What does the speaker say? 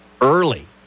early